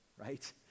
right